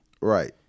Right